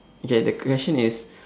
okay the question is